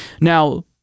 Now